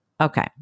Okay